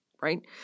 Right